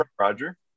Roger